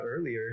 earlier